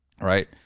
right